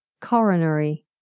coronary